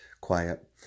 quiet